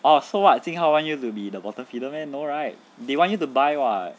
oh so what jing hao want you to be the bottom feeder meh no right they want you to buy [what]